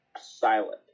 silent